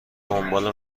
دنبال